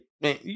man